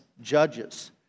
judges